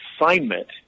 assignment